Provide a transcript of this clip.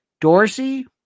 Dorsey